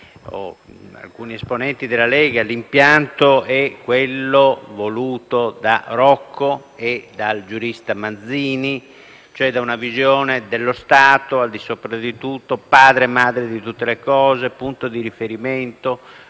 e alcuni esponenti della Lega, è quello voluto da Rocco e dal giurista Manzini. Si tratta di una visione dello Stato al di sopra di tutto, padre e madre di tutte le cose, punto di riferimento.